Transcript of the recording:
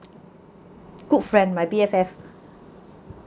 good friend my B_F_F